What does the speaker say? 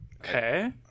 Okay